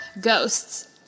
Ghosts